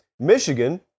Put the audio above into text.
Michigan